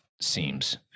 seems